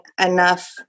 enough